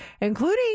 including